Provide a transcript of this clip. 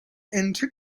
into